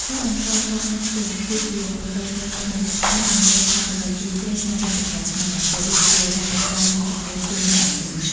ការតម្កល់សពនៅផ្ទះ គឺជាប្រពៃណីមួយដ៏សំខាន់ និងមានអត្ថន័យជ្រាលជ្រៅក្នុងវប្បធម៌ខ្មែរ ក៏ដូចជាវប្បធម៌មួយចំនួនទៀតនៅអាស៊ី។